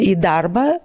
į darbą